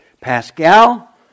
Pascal